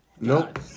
Nope